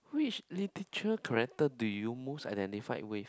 which literature character do you most identify with